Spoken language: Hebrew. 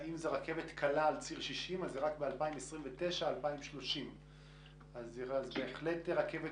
אם זו רכבת קלה על ציר 60 זה רק ב-2029 או 2030. אז בהחלט רכבת